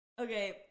Okay